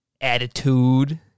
attitude